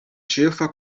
ĉefa